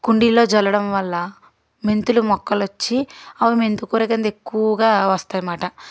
కుండీలో చల్లడం వల్ల మెంతులు మొక్కలు వచ్చి అవి మెంతికూర క్రింద ఎక్కువగా వస్తాయన్నమాట